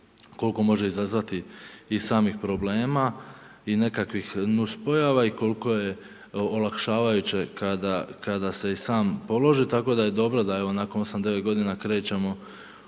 koliko može izazvati i samih problema i nekakvih nuspojava i koliko je olakšavajuće kada se i sam položi tako da je dobro da nakon 8, 9 godina krećemo upravo